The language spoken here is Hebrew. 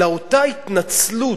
אלא אותה התנצלות,